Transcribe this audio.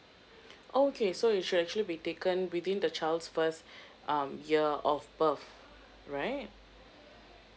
oh okay so it should actually be taken within the child's first um year of birth right